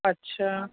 अच्छा